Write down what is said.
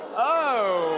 oh!